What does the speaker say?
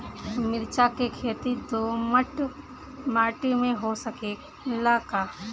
मिर्चा के खेती दोमट माटी में हो सकेला का?